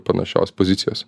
panašios pozicijos